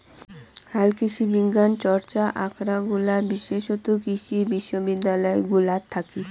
হালকৃষিবিজ্ঞান চর্চা আখরাগুলা বিশেষতঃ কৃষি বিশ্ববিদ্যালয় গুলাত থাকি